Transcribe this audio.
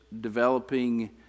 developing